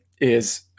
is-